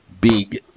big